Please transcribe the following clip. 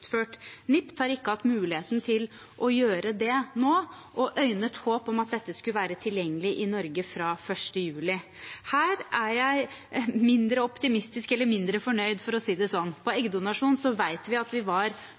NIPT, har ikke hatt mulighet til å gjøre det nå, og øynet håp om at dette skulle være tilgjengelig i Norge fra 1. juli. Her er jeg mindre fornøyd, for å si det sånn. Når det gjelder eggdonasjon, vet vi at vi var